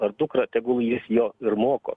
ar dukrą tegul jis jo ir moko